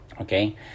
Okay